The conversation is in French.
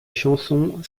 chansons